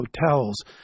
hotels